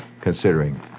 considering